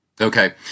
Okay